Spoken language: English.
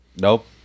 Nope